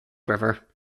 river